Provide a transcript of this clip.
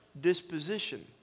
disposition